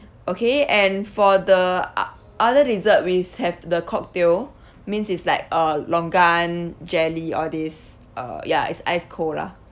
okay and for the o~ other dessert we have the cocktail means it's like uh longan jelly all this uh ya it's ice cold lah